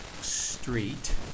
street